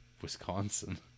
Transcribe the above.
Wisconsin